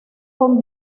con